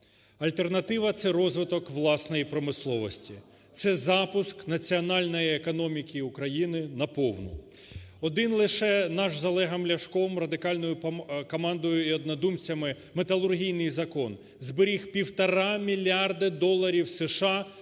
Альтернатива – це розвиток власної промисловості, це запуск національної економіки України на повну. Один лише наш з Олегом Ляшком, радикальною командою і однодумцями металургійний закон зберіг півтора мільярди доларів США